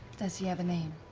does he have a name?